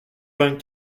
vingt